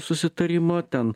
susitarimo ten